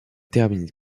termine